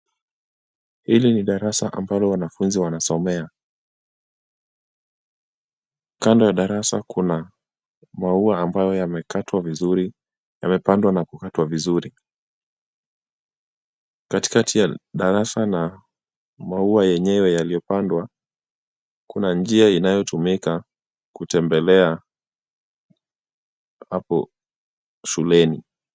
Hili ni darasa ambalo wanafunzi wanasomea. Kando ya darasa kuna maua ambayo yamepandwa na kukatwa vizuri . Katikati ya darasa na maua yenyewe yaliyopandwa kuna njia inayotumika kutembelea hapo shuleni.